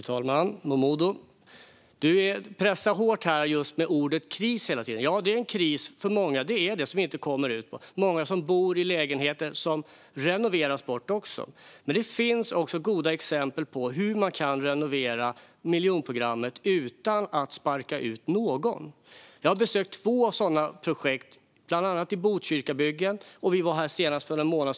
Fru talman! Momodou Malcolm Jallow, du pressar hårt här om just ordet kris. Ja, det är en kris för många som inte kommer ut på arbetsmarknaden och för många som bor i lägenheter som renoveras bort. Men det finns också goda exempel på hur man kan renovera miljonprogrammet utan att sparka ut någon. Jag har besökt två sådana projekt, bland annat i Botkyrkabyggen och uppe i Gävle.